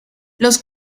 los